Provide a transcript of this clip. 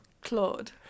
Claude